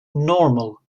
normal